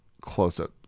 close-up